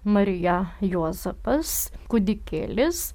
marija juozapas kūdikėlis